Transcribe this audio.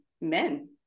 men